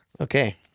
Okay